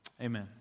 Amen